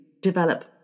develop